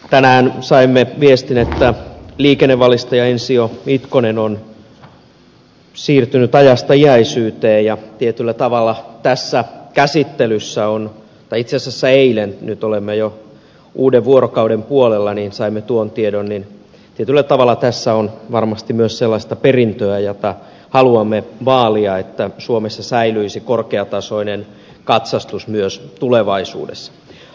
tänään saimme viestin että liikennevalistaja ensio itkonen on siirtynyt ajasta iäisyyteen tai itse asiassa eilen nyt olemme jo uuden vuorokauden puolella saimme tuon tiedon ja tietyllä tavalla tässä käsittelyssä on varmasti myös sellaista perintöä jota haluamme vaalia että suomessa säilyisi korkeatasoinen katsastus myös tulevaisuudessa